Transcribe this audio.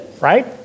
right